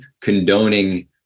condoning